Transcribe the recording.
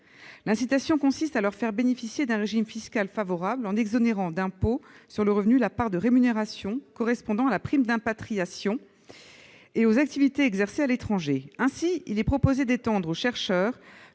L'incitation consiste à les faire bénéficier d'un régime fiscal favorable, en exonérant d'impôt sur le revenu la part de rémunération correspondant à la prime d'impatriation et aux activités exercées à l'étranger. Ainsi, il est proposé d'étendre aux chercheurs